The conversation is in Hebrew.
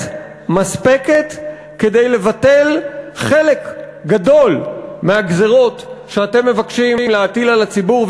מספקת כדי לבטל חלק גדול מהגזירות שאתם מבקשים להטיל על הציבור,